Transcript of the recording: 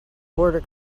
border